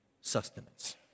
sustenance